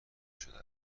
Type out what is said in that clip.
شده